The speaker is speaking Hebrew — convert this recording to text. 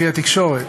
לפי התקשורת,